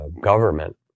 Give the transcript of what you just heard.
government